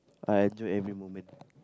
I enjoy every moment